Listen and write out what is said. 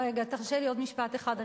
רגע, תרשה לי עוד משפט אחד.